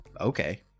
Okay